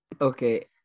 Okay